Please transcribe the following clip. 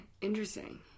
Interesting